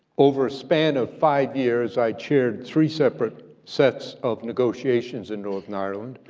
over a span of five years, i chaired three separate sets of negotiations in northern ireland.